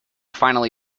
finally